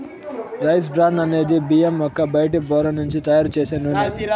rice bran అనేది బియ్యం యొక్క బయటి పొర నుంచి తయారు చేసే నూనె